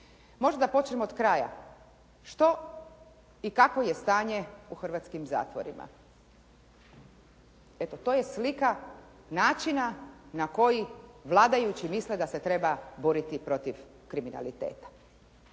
Možda da počnemo od kraja. Što i kakvo je stanje u hrvatskih zatvorima? Eto, to je slika načina na koji vladajući misle da se treba boriti protiv kriminaliteta,